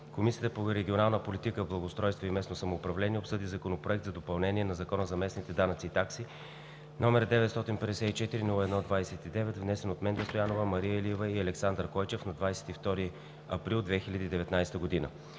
Комисията по регионална политика, благоустройство и местно самоуправление обсъди Законопроект за допълнение на Закона за местните данъци и такси № 954-01-29, внесен от Менда Стоянова, Мария Илиева и Александър Койчев на 22 април 2019 г.